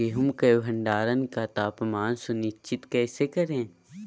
गेहूं का भंडारण का तापमान सुनिश्चित कैसे करिये?